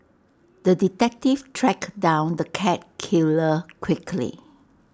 the detective tracked down the cat killer quickly